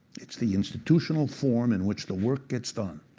it's the institutional form in which the work gets done.